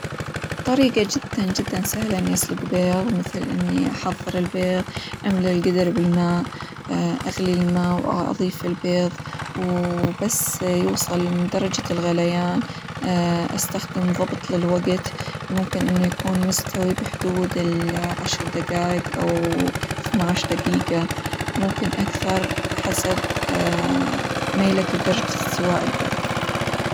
طريقة جدًا جدًا سهلة إني أسلق بيظ، م ثل إني أحظر البيض أملأ القدر بالماء، أغلى الماء، وأظيف البيظ، وبس يوصل لدرجة الغليان، أستخدم ظبط للوقت، ممكن إنه يكون مستوي بحدود العشر دقايق، أو إثناعشر دقيقة، ممكن أكثر حسب ميلك لدرجة إستواء البيظ.